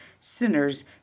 sinners